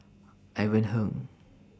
Ivan Heng